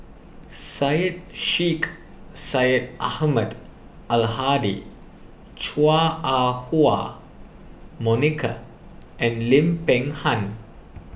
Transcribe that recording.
Syed Sheikh Syed Ahmad Al Hadi Chua Ah Huwa Monica and Lim Peng Han